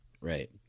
Right